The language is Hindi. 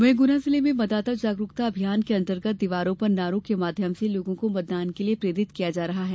वहीं गुना जिले में मतदाता जागरूकता अभियान के अतंगर्त दीवारों पर नारों के माध्यम से लोगों को मतदान के लिये प्रेरित किया जा रहा है